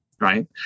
Right